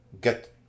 get